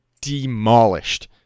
demolished